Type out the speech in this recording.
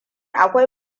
akwai